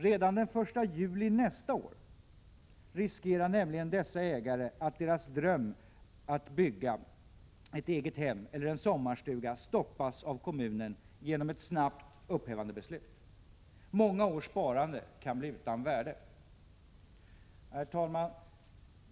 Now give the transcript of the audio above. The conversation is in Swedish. Redan den 1 juli nästa år riskerar nämligen dessa ägare att deras dröm att bygga ett eget hem eller en sommarstuga stoppas av kommunen genom ett snabbt upphävandebeslut. Många års sparande kan bli utan värde. Herr talman!